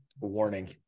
warning